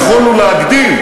ומה קרה, ויכולנו להגדיל,